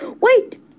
Wait